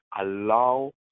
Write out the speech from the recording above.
Allow